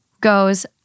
goes